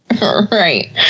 Right